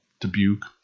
Dubuque